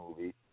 movie